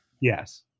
Yes